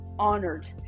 honored